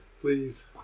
Please